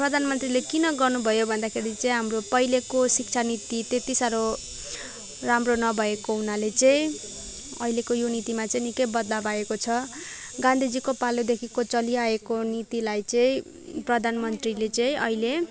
प्रधानमन्त्रीले किन गर्नुभयो भन्दाखेरि चाहिँ हाम्रो पहिलेको शिक्षानीति त्यति साह्रो राम्रो नभएको हुनाले चाहिँ अहिलेको यो नीतिमा चाहिँ निकै बदलाब आएको छ गान्धीजीको पालोदेखिको चलिआएको नीतिलाई चाहिँ प्रधानमन्त्रीले चाहिँ अहिले